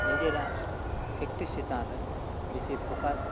ᱱᱤᱡᱮᱨᱟᱜ ᱯᱮᱠᱴᱤᱥ ᱪᱮᱛᱟᱱ ᱨᱮ ᱵᱤᱥᱤ ᱯᱷᱚᱠᱟᱥ